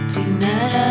Tonight